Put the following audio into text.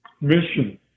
mission